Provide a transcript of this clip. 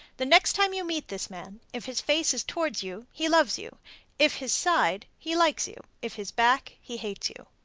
the next time you meet this man, if his face is toward you, he loves you if his side, he likes you if his back, he hates you.